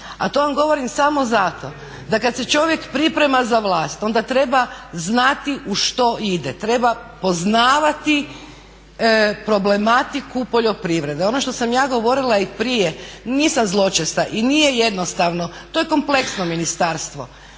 a to vam govorim samo zato da kad se čovjek priprema za vlast onda treba znati u što ide, treba poznavati problematiku poljoprivrede. Ono što sam ja govorila i prije, nisam zločesta i nije jednostavno, to je kompleksno ministarstvo